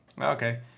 Okay